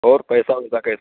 اور پیسہ ہوتا کیسے